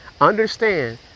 understand